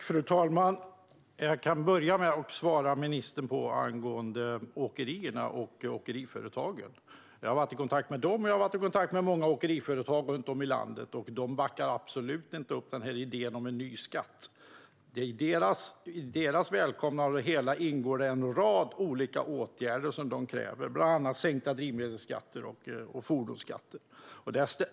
Fru talman! Jag kan börja med att svara ministern angående åkerierna och åkeriföretagen. Jag har varit i kontakt med många åkeriföretag runt om i landet, och de backar absolut inte upp idén om en ny skatt. I deras välkomnande av det hela ingår en rad olika åtgärder som de kräver, bland annat sänkta drivmedelsskatter och fordonsskatter.